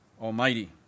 Almighty